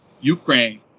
Ukraine